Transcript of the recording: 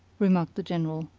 remarked the general.